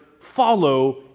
follow